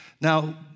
now